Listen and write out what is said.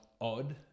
odd